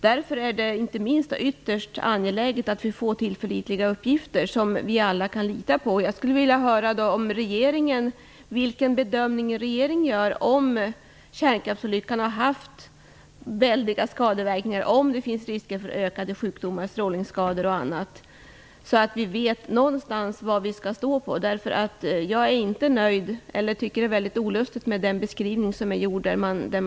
Därför är det ytterst angeläget att vi får tillförlitliga uppgifter som vi alla kan lita på. Jag skulle vilja höra vilken bedömning regeringen gör. Har kärnkraftsolyckan haft väldiga skadeverkningar? Finns det risker för ökat antal sjukdomsfall, strålningsskador och annat? Vi måste få veta var vi står. Jag tycker att den beskrivning som är gjord är mycket olustig.